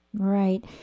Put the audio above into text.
Right